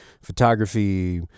photography